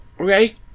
Okay